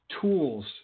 tools